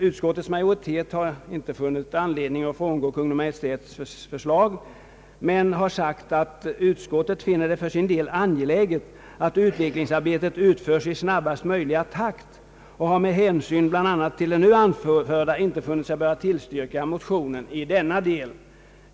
Utskottets majoritet har inte funnit anledning att frångå Kungl. Maj:ts förslag men har för sin del ansett det »angeläget att utvecklingsarbetet slutförs i snabbast möjliga takt och har med hänsyn bl.a. till det nu anförda inte funnit sig böra tillstyrka motionen i denna del».